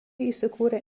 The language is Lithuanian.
įsikūrė